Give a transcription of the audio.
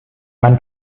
man